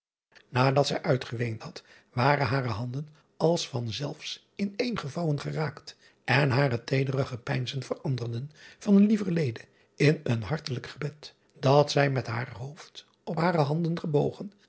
adat zij uitgeweend had waren hare handen als van zelfs in een gevouwen geraakt en hare teedere gepeinzen veranderden van lieverlede in een hartelijk gebed dat zij met haar hoofd op hare handen gebogen